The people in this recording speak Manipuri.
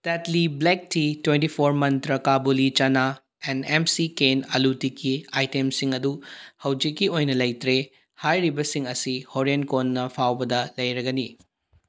Tetley black tea twenty four ꯃꯟꯇ꯭ꯔ ꯀꯕꯨꯂꯤ ꯆꯅꯥ ꯑꯦꯟ ꯑꯦꯝ ꯁꯤ ꯀꯦꯟ ꯑꯥꯜꯂꯨ ꯇꯤꯀꯤ ꯑꯥꯏꯇꯦꯝꯁꯤꯡ ꯑꯗꯨ ꯍꯧꯖꯤꯛꯀꯤ ꯑꯣꯏꯅ ꯂꯩꯇ꯭ꯔꯦ ꯍꯥꯏꯔꯤꯕꯁꯤꯡ ꯑꯁꯤ ꯍꯣꯔꯦꯟ ꯀꯣꯟꯅ ꯐꯥꯎꯕꯗ ꯂꯩꯔꯒꯅꯤ